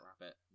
Rabbit*